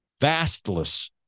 vastless